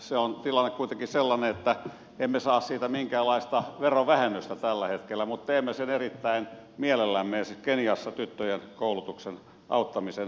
se tilanne on kuitenkin sellainen että emme saa siitä minkäänlaista verovähennystä tällä hetkellä mutta teemme sen erittäin mielellämme esimerkiksi keniassa tyttöjen koulutuksen auttamisen hyväksi